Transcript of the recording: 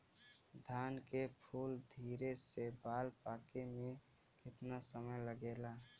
धान के फूल धरे से बाल पाके में कितना समय लागेला?